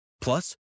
Plus